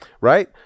right